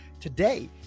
today